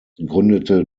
gründete